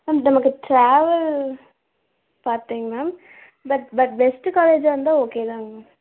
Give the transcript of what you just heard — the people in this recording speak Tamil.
மேம் நமக்கு டிராவல் பாத்திங்க ma'am but but best college வந்து ஓகே தாங்க மேம்